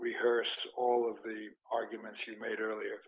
rehearse all of the arguments you made earlier